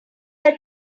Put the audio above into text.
are